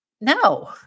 No